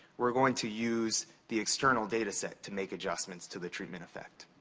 we're going to use the external data set to make adjustments to the treatment effect.